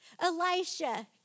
Elisha